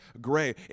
gray